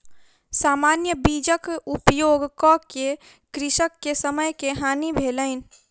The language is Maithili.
सामान्य बीजक उपयोग कअ के कृषक के समय के हानि भेलैन